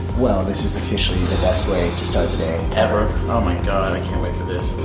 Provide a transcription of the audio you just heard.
well this is officially the best way to start the day ever. oh my god, i can't wait for this.